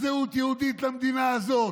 זהות יהודית למדינה הזו.